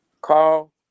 call